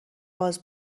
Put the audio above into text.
باز